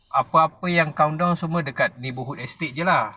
apa-apa yang countdown semua dekat neighbourhood estate jer lah